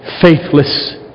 faithless